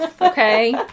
Okay